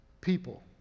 people